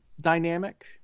dynamic